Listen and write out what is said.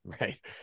right